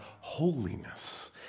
holiness